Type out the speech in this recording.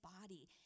body